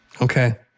Okay